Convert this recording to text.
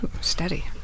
Steady